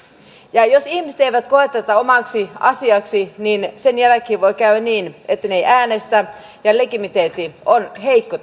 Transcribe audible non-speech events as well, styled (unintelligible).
ja jos ihmiset eivät koe tätä omaksi asiakseen niin sen jälkeen voi käydä niin että he eivät äänestä ja legitimiteetti on heikko (unintelligible)